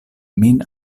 min